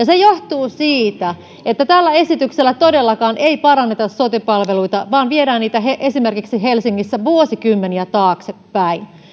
se johtuu siitä että tällä esityksellä todellakaan ei paranneta sote palveluita vaan viedään niitä esimerkiksi helsingissä vuosikymmeniä taaksepäin